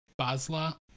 basla